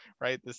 right